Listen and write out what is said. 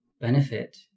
benefit